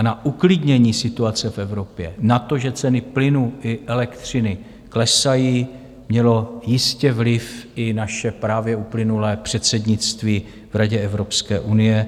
Na uklidnění situace v Evropě, na to, že ceny plynu i elektřiny klesají, mělo jistě vliv i naše právě uplynulé předsednictví v Radě Evropské unie.